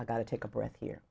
i got to take a breath here